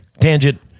Tangent